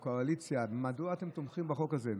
מהקואליציה: מדוע אתם תומכים בחוק הזה?